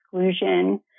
exclusion